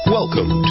Welcome